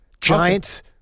Giants